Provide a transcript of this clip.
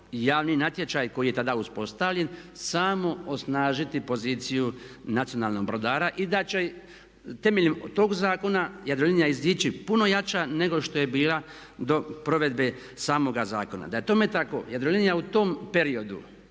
javni natječaj koji je tada uspostavljen samo osnažiti poziciju nacionalnog brodara i da će temeljem tog zakona Jadrolinija izići puno jača nego što je bila do provedbe samog zakona. Da je tome tako Jadrolinija u tom periodu